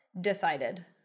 decided